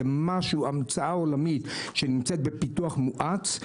זה המצאה עולמית שנמצאת בפיתוח מואץ.